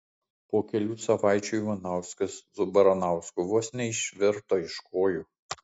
po kelių savaičių ivanauskas su baranausku vos neišvirto iš kojų